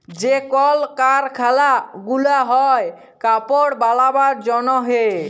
যে কল কারখালা গুলা হ্যয় কাপড় বালাবার জনহে